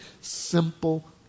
simple